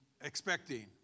expecting